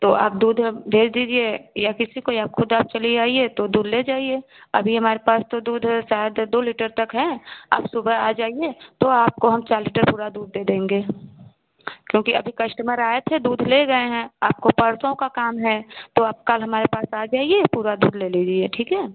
तो आप दूध भेज दीजिए या किसी को या ख़ुद आप चली आइए तो दूध ले जाइए अभी हमारे पास तो दूध शायद दो लीटर तक है आप सुबह आ जाइए तो आपको हम चार लीटर पूरा दूध दे देंगे क्योंकि अभी कश्टमर आए थे दूध ले गए हैं आपको परसों का काम है तो आप कल हमारे पास आ जाइए पूरा दूध ले लीजिए ठीक है